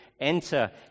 enter